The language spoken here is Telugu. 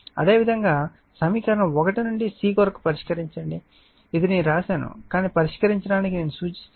అదేవిధంగా సమీకరణం 1 నుండి C కొరకు పరిష్కరించండి ఇది నేను వ్రాసినది కానీ పరిష్కరించడానికి నేను సూచిస్తున్నాను